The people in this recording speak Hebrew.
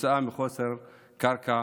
כתוצאה מחוסר קרקע